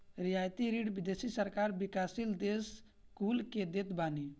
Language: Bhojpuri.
रियायती ऋण विदेशी सरकार विकासशील देस कुल के देत बानी